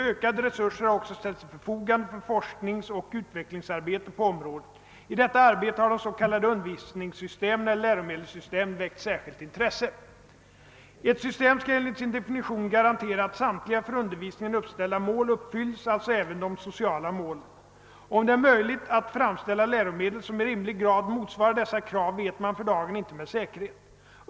Ökade resurser har också ställts till förfogande för forskningsoch utvecklingsarbete på området. I detta arbete har de s.k. undervisningssystemen, eller läromedelssystemen, väckt särskilt intresse. Ett system skall enligt sin definition garantera att samtliga för undervisningen uppställda mål uppfylls, alltså även de sociala målen. Om det är möjligt att framställa läromedel som i rimlig grad motsvarar dessa krav vet man för dagen inte med säkerhet.